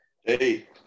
hey